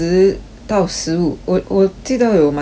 到十五我我记得我有蛮多次的